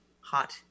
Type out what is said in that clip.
hot